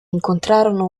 incontrarono